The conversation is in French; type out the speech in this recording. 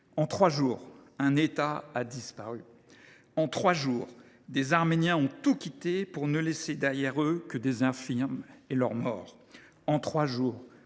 En trois jours, un État a disparu. En trois jours, des Arméniens ont tout quitté, pour ne laisser derrière eux que des infirmes et leurs morts. En trois jours,